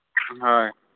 ᱦᱳᱭ